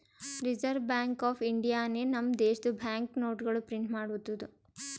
reserve bank of ಇಂಡಿಯಾನೆ ನಮ್ ದೇಶದು ಬ್ಯಾಂಕ್ ನೋಟ್ಗೊಳ್ ಪ್ರಿಂಟ್ ಮಾಡ್ತುದ್